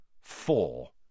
Four